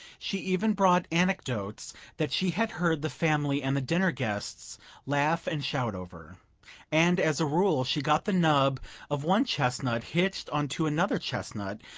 she even brought anecdotes that she had heard the family and the dinner-guests laugh and shout over and as a rule she got the nub of one chestnut hitched onto another chestnut,